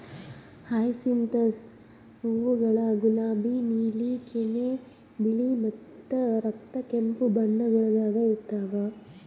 hyacinthus ಹೂವುಗೊಳ್ ಗುಲಾಬಿ, ನೀಲಿ, ಕೆನೆ, ಬಿಳಿ ಮತ್ತ ರಕ್ತ ಕೆಂಪು ಬಣ್ಣಗೊಳ್ದಾಗ್ ಇರ್ತಾವ್